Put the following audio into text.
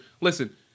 listen